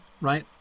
right